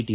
T